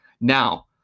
Now